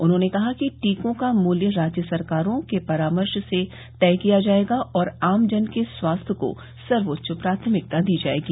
उन्होंने कहा कि टीकों का मूल्य राज्य सरकारों के परामर्श से तय किया जायेगा और आमजन के स्वास्थ्य को सर्वोच्च प्राथमिकता दी जायेगी